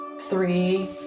Three